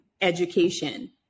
Education